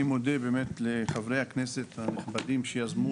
אני מודה באמת לחברי הכנסת הנכבדים שיזמו